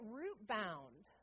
root-bound